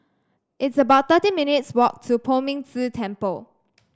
it's about thirteen minutes' walk to Poh Ming Tse Temple